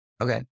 Okay